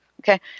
okay